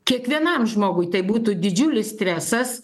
kiekvienam žmogui tai būtų didžiulis stresas